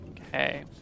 okay